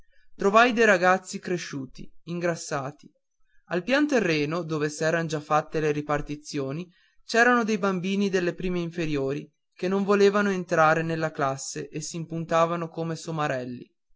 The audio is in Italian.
trovai dei ragazzi cresciuti ingrassati al pian terreno dove s'eran già fatte le ripartizioni c'erano dei bambini delle prime inferiori che non volevano entrare nella classe e s'impuntavano come somarelli